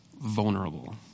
vulnerable